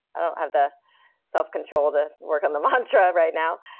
i don't have the self-control to work on the mantra right now,